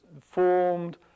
formed